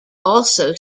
also